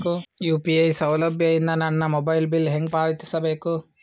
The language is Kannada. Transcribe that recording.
ಯು.ಪಿ.ಐ ಸೌಲಭ್ಯ ಇಂದ ನನ್ನ ಮೊಬೈಲ್ ಬಿಲ್ ಹೆಂಗ್ ಪಾವತಿಸ ಬೇಕು?